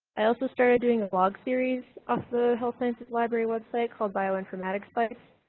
i also started doing a blog series off the health sciences library website called bioinformatics bites,